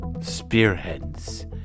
Spearheads